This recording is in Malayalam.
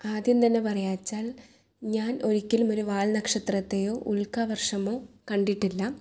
ആദ്യം തന്നെ പറയുക എന്ന് വെച്ചാൽ ഞാൻ ഒരിക്കലും ഒരു വാൽനക്ഷത്രത്തേയോ ഉൽക്കാവർഷമോ കണ്ടിട്ടില്ല